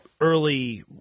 early